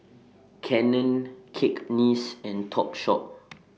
Canon Cakenis and Topshop